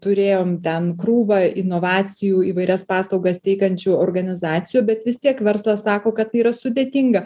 turėjom ten krūvą inovacijų įvairias paslaugas teikiančių organizacijų bet vis tiek verslas sako kad tai yra sudėtinga